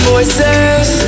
Voices